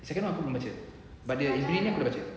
second one aku belum baca but the beginning aku baca